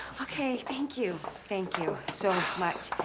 okay, thank you. thank you so much.